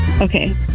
Okay